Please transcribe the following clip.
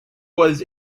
was